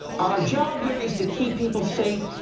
our job here is to keep people safe,